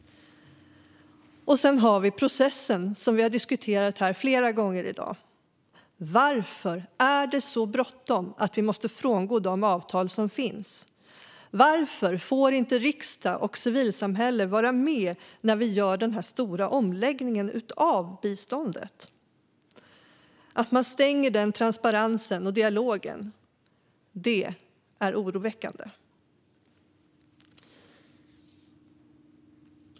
Sedan har vi processen som vi har diskuterat här flera gånger i dag. Varför är det så bråttom att vi måste frångå de avtal som finns? Varför får inte riksdag och civilsamhälle vara med när vi gör den stora omläggningen av biståndet? Man stänger den transparensen och dialogen. Det är oroväckande.